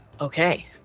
okay